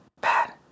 bad